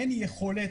אין יכולת,